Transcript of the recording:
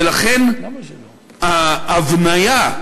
ולכן, ההבניה,